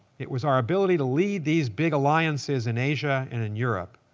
it was our ability to lead these big alliances in asia and in europe,